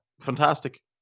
Fantastic